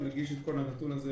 אני אגיש את הנתון הזה